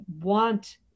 want